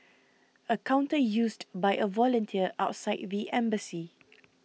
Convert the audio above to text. a counter used by a volunteer outside the embassy